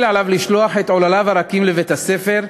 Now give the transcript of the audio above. ובמקביל עליו לשלוח את עולליו הרכים לבית-הספר.